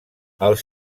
els